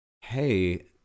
hey